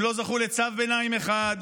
הם לא זכו לצו ביניים אחד,